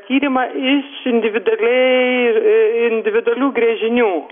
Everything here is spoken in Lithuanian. tyrimą iš individualiai individualių gręžinių